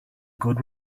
good